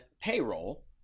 payroll